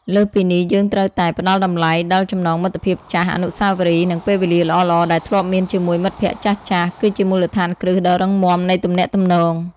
លើសពីនេះ យើងត្រូវតែ ផ្តល់តម្លៃដល់ចំណងមិត្តភាពចាស់ អនុស្សាវរីយ៍ និងពេលវេលាល្អៗដែលធ្លាប់មានជាមួយមិត្តភក្តិចាស់ៗ គឺជាមូលដ្ឋានគ្រឹះដ៏រឹងមាំនៃទំនាក់ទំនង។